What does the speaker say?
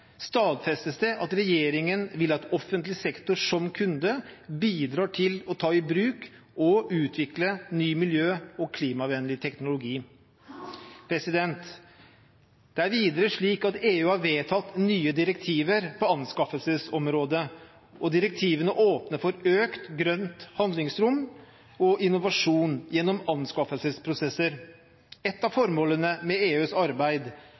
stadfestes det at regjeringen vil at offentlig sektor som kunde bidrar til å ta i bruk og utvikle ny miljø- og klimavennlig teknologi. Videre er det slik at EU har vedtatt nye direktiver på anskaffelsesområdet, og direktivene åpner for økt grønt handlingsrom og innovasjon gjennom anskaffelsesprosesser. Ett av formålene med EUs arbeid